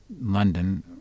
London